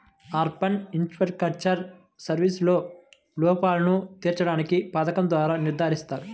urban infrastructural సర్వీసెస్లో లోపాలను తీర్చడానికి పథకం ద్వారా నిర్ధారిస్తారు